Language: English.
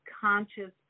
conscious